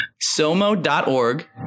SOMO.org